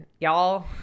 y'all